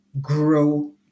grow